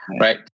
right